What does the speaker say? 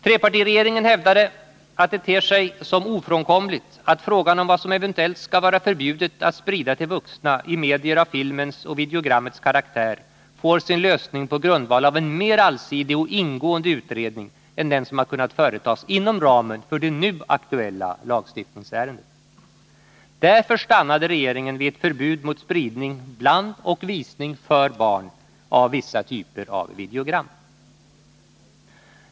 Trepartiregeringen hävdade att det ter sig som ofrånkomligt att frågan om vad som eventuellt skall vara förbjudet att sprida till vuxna i medier av filmens och videogrammets karaktär får sin lösning på grundval av en mera allsidig och ingående utredning än som har kunnat företas inom ramen för det nu aktuella lagstiftningsärendet. Därför stannade regeringen vid ett förbud mot spridning bland och visning för barn av vissa typer av videogram.